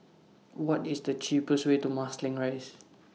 What IS The cheapest Way to Marsiling Rise